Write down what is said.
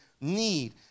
Need